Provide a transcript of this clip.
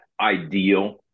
ideal